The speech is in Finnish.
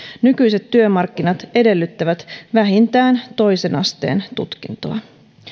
nykyiset työmarkkinat edellyttävät vähintään toisen asteen tutkintoa